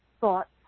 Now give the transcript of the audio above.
thoughts